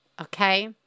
okay